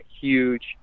huge